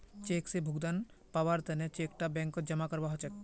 cheque स भुगतान पाबार तने चेक टा बैंकत जमा करवा हछेक